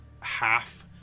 half